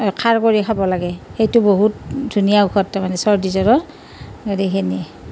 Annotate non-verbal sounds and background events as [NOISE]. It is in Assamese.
খাৰ কৰি খাব লাগে সেইটো বহুত ধুনীয়া ঔষধ তাৰমানে চৰ্দী জ্বৰৰ [UNINTELLIGIBLE]